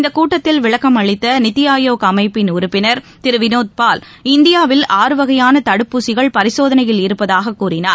இந்தக் கூட்டத்தில் விளக்கூளித்த நிதி ஆயோக் அமைப்பின் உறுப்பினர் திரு வினோத்பால் இந்தியாவில் ஆறுவகையான தடுப்பூசிகள் பரிசோதனையில் இருப்பதாக கூறினார்